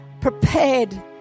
prepared